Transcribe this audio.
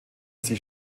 sie